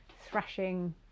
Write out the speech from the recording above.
thrashing